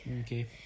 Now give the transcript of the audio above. Okay